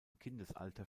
kindesalter